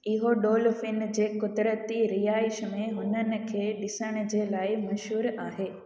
इहो डॉल्फिन जे क़ुदरती रिहाइशि में हुननि खे ॾिसण जे लाइ मशहूरु आहे